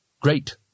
Great